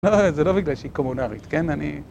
לא, זה לא בגלל שהיא קומונרית, כן? אני...